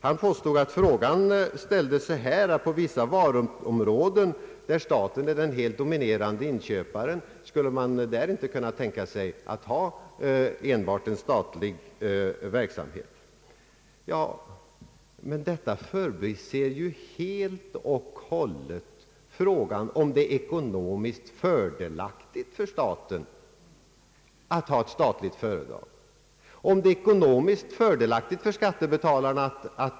Han påstod att frågan löd: Skulle man inte på vissa varuområden, där staten är den helt dominerande inköparen, kunna tänka sig enbart en statlig verksamhet? Men då förbiser han ju helt och hållet frågan om det är ekonomiskt fördelaktigt för staten att ha ett statligt företag och om det är ekonomiskt fördelaktigt för skattebetalarna.